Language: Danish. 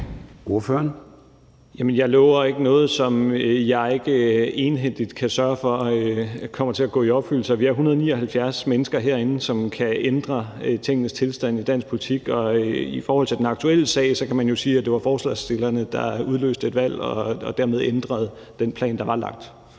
jeg lover ikke noget, som jeg ikke egenhændigt kan sørge for kommer til at gå i opfyldelse. Vi er 179 mennesker herinde, som kan ændre tingenes tilstand i dansk politik, og i forhold til den aktuelle sag kan man jo sige, at det var forespørgerne, der udløste et valg og dermed ændrede den plan, der var lagt.